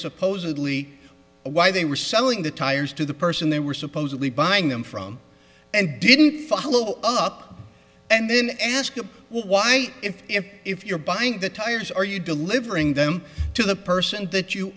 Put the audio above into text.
supposedly or why they were selling the tires to the person they were supposedly buying them from and didn't follow up and then ask why if if you're buying the tires are you delivering them to the person that you